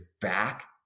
back